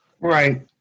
Right